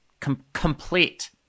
complete